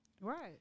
Right